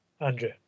Andrew